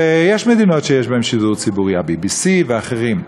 ויש מדינות שיש בהן שידור ציבורי, ה-BBC ואחרים.